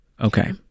Okay